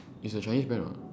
it's a chinese brand [what]